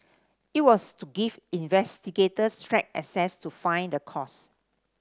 it was to give investigators track access to find the cause